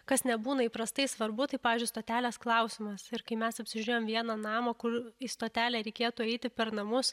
kas nebūna įprastai svarbu tai pavyzdžiui stotelės klausimas ir kai mes apsižiūrėjom vieną namą kur į stotelę reikėtų eiti per namus